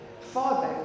Father